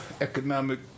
economic